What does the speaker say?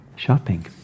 shopping